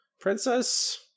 Princess